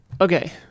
Okay